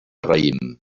raïm